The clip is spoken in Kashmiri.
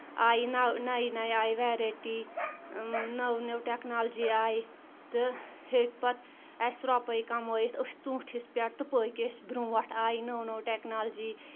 آیہِ نَوِ نَوِ آیہِ ویرایٹی نٔو نٔو ٹؠکنالجی آیہِ تہٕ ہیٚکۍ پَتہٕ اَسہِ رۄپَے کَمٲیِتھ أسۍ ژوٗنٛٹھِس پؠٹھ تہٕ پٔکۍ أسۍ برونٛٹھ آیہِ نٔو نٔو ٹؠکنالجی